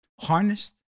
Harnessed